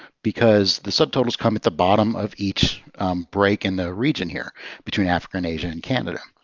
because the subtotals come at the bottom of each break in the region here between africa, and asia, and canada.